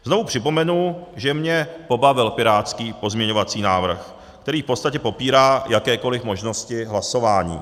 Znovu připomenu, že mě pobavil pirátský pozměňovací návrh, který v podstatě popírá jakékoliv možnosti hlasování.